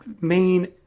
main